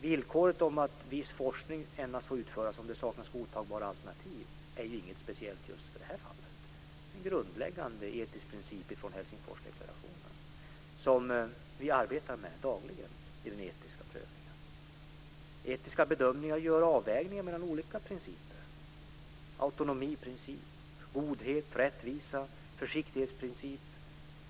Villkoret om att viss forskning endast får utföras om det saknas godtagbara alternativ är ju inget speciellt för just det här fallet. Det är en grundläggande etisk princip från Helsingforsdeklarationen som vi arbetar med dagligen i den etiska prövningen. I etiska bedömningar görs avvägningar mellan olika principer - autonomiprincip, godhet, rättvisa, försiktighetsprincip etc.